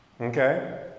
Okay